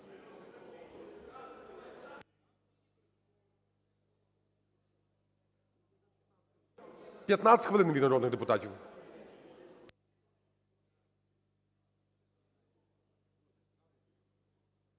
15 хвилин від народних депутатів.